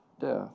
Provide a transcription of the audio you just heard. death